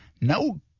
no